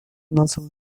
nasıl